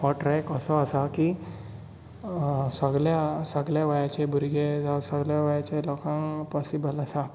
हो ट्रेक असो आसा की सगले सगल्या वयाचे भुरगे जावं सगल्या वयाचे लोकांक पॉसिबल आसा